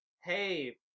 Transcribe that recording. Hey